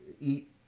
eat